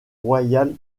royale